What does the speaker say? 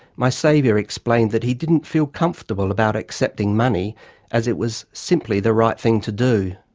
my savior explained that he didn't feel comfortable about accepting money as it was simply the right thing to do.